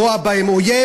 רואה בהם אויב,